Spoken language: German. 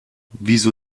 wieso